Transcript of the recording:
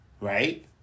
right